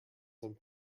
some